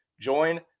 Join